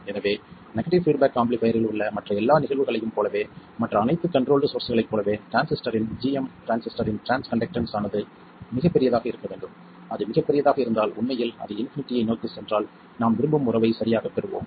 எனவே negative feedback ஆம்பிளிஃபையரில் உள்ள மற்ற எல்லா நிகழ்வுகளையும் போலவே மற்ற அனைத்து கண்ட்ரோல்ட் சோர்ஸ்களைப் போலவே டிரான்சிஸ்டரின் gm டிரான்சிஸ்டரின் டிரான்ஸ் கண்டக்டன்ஸ் ஆனது மிகப் பெரியதாக இருக்க வேண்டும் அது மிகப் பெரியதாக இருந்தால் உண்மையில் அது இன்பினிட்டியை நோக்கிச் சென்றால் நாம் விரும்பும் உறவை சரியாகப் பெறுவோம்